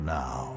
now